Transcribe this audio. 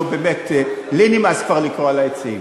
נו באמת, לי נמאס כבר לקרוא על ההיצעים.